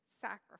sacrifice